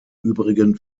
übrigen